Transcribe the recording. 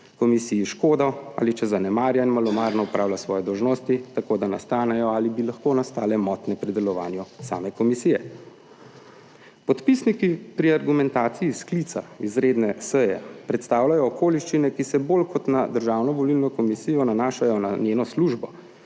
komisiji škodo, ali če zanemarja in malomarno opravlja svoje dolžnosti, tako da nastanejo ali bi lahko nastale motnje pri delovanju same komisije. Podpisniki pri argumentaciji sklica izredne seje predstavljajo okoliščine, ki se bolj kot na Državno volilno komisijo nanašajo na njeno službo,